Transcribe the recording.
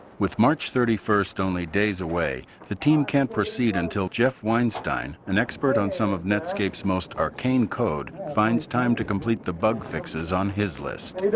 with march thirty first only days away the team can't proceed until jeff weinstein an expert on some of netscapes most arcane code finds time to complete the bug fixes on his list.